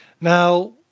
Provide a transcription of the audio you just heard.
Now